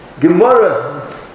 gemara